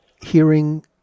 hearing